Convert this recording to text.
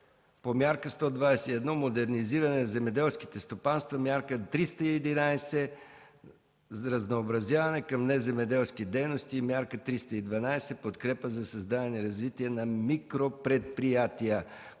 по Мярка 121 – „Модернизиране на земеделските стопанства”, Мярка 311 – „Разнообразяване към неземеделски дейности”, и Мярка 312 – „Подкрепа за създаване и развитие на микропредприятия”.